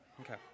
Okay